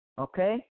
okay